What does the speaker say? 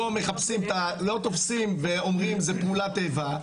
לא תופסים ואומרים שזו פעולת איבה,